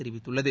தெரிவித்துள்ளது